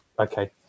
okay